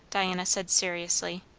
diana said seriously.